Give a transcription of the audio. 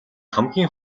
хамгийн